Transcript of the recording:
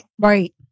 Right